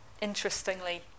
interestingly